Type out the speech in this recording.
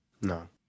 No